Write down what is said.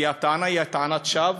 כי הטענה היא טענת שווא.